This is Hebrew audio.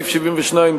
סעיף 72,